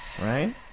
right